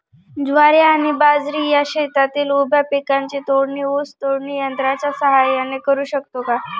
ज्वारी आणि बाजरी या शेतातील उभ्या पिकांची तोडणी ऊस तोडणी यंत्राच्या सहाय्याने करु शकतो का?